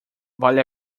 vale